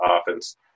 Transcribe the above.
offense